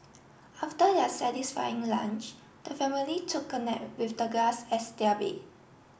after their satisfying lunch the family took a nap with the grass as their bed